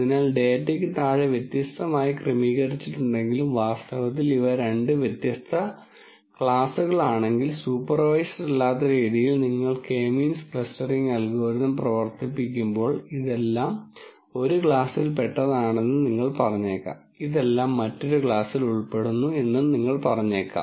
അതിനാൽ ഡാറ്റയ്ക്ക് താഴെ വ്യത്യസ്തമായി ക്രമീകരിച്ചിട്ടുണ്ടെങ്കിലും വാസ്തവത്തിൽ ഇവ രണ്ട് വ്യത്യസ്ത ക്ലാസുകളാണെങ്കിൽ സൂപ്പർവൈസ്ഡ് അല്ലാത്ത രീതിയിൽ നിങ്ങൾ കെ മീൻസ് ക്ലസ്റ്ററിംഗ് അൽഗോരിതം പ്രവർത്തിപ്പിക്കുമ്പോൾ ഇതെല്ലാം ഒരു ക്ലാസിൽ പെട്ടതാണെന്ന് നിങ്ങൾ പറഞ്ഞേക്കാം ഇതെല്ലാം ഒരു ക്ലാസ്സിൽ ഉൾപ്പെടുന്നു എന്ന് നിങ്ങൾ പറഞ്ഞേക്കാം